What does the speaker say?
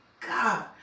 god